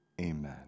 Amen